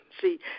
see